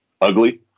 ugly